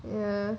ya